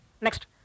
Next